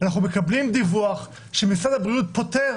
אנחנו מקבלים דיווח שמשרד הבריאות פוטר